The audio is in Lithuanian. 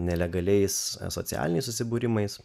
nelegaliais socialiniais susibūrimais